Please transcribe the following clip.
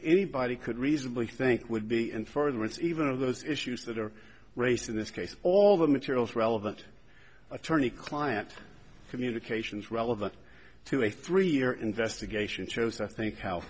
anybody could reasonably think would be inferred with even of those issues that are raised in this case all the materials relevant attorney client communications relevant to a three year investigation shows i think how